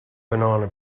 banana